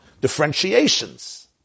differentiations